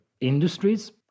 industries